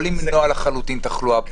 לא למנוע לחלוטין תחלואה.